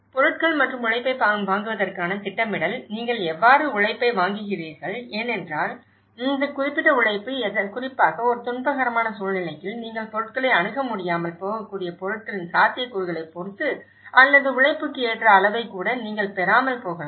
பொருட்கள் மற்றும் உழைப்பை வாங்குவதற்கான திட்டமிடல் நீங்கள் எவ்வாறு உழைப்பை வாங்குகிறீர்கள் ஏனென்றால் இந்த குறிப்பிட்ட உழைப்பு குறிப்பாக ஒரு துன்பகரமான சூழ்நிலையில் நீங்கள் பொருட்களை அணுக முடியாமல் போகக்கூடிய பொருட்களின் சாத்தியக்கூறுகளைப் பொறுத்து அல்லது உழைப்புக்கு ஏற்ற அளவைக் கூட நீங்கள் பெறாமல் போகலாம்